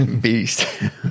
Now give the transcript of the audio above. beast